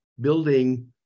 building